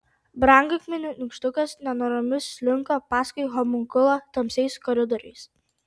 brangakmenių nykštukas nenoromis slinko paskui homunkulą tamsiais koridoriais